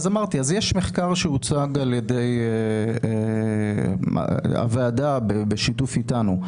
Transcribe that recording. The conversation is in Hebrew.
יש מחקר שהוצג על ידי הוועדה בשיתוף איתנו.